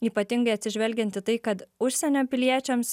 ypatingai atsižvelgiant į tai kad užsienio piliečiams